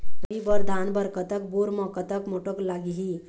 रबी बर धान बर कतक बोर म कतक मोटर लागिही?